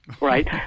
right